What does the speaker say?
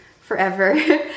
forever